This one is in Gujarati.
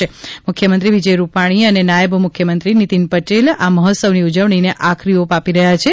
હાલ મુખ્યમંત્રી વિજય રૂપાણી અને નાયબ મુખ્યમંત્રી પટેલે આ મહોત્વની ઉજવણીને આખરી ઓપ આપી રહ્યા છે